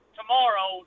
tomorrow